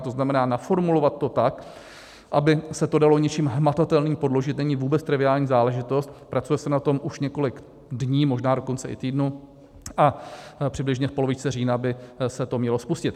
To znamená naformulovat to tak, aby se to dalo něčím hmatatelným podložit, není vůbec triviální záležitost, pracuje se na tom už několik dní, možná dokonce i týdnů, a přibližně v polovině října by se to mělo spustit.